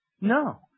No